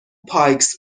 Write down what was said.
پایکس